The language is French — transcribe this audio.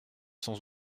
sans